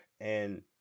And-